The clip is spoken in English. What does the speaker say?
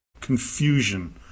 confusion